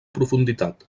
profunditat